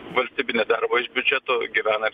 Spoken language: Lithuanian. valstybinį darbą iš biudžeto gyvena